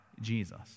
Jesus